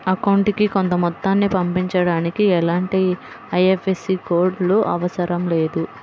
అకౌంటుకి కొంత మొత్తాన్ని పంపించడానికి ఎలాంటి ఐఎఫ్ఎస్సి కోడ్ లు అవసరం లేదు